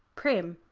prim,